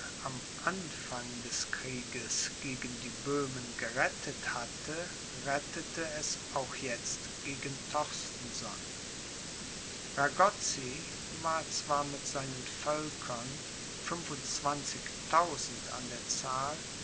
am anfang des krieges gegen die böhmen gerettet hatte rettete es auch jetzt gegen torstenson ragotzy war zwar mit seinen völkern fünfundzwanzigtausend an der zahl